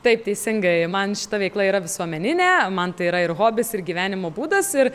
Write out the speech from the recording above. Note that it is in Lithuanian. taip teisingai man šita veikla yra visuomeninė man tai yra ir hobis ir gyvenimo būdas ir